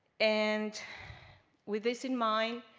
and with this in mind,